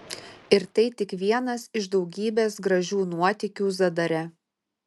ir tai tik vienas iš daugybės gražių nuotykių zadare